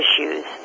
issues